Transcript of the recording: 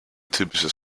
typisches